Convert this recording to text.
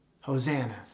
Hosanna